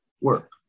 work